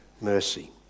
mercy